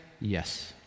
Yes